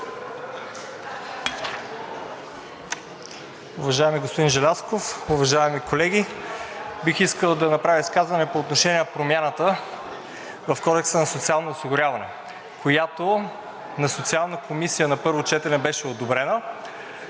Уважаеми господин Желязков, уважаеми колеги! Бих искал да направя изказване по отношение на промяната в Кодекса за социално осигуряване, която на Социална комисия на първо четене беше одобрена.